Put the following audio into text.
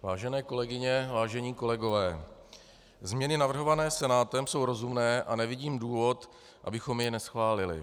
Vážené kolegyně, vážení kolegové, změny navrhované Senátem jsou rozumné a nevidím důvod, abychom je neschválili.